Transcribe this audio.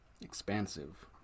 expansive